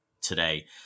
today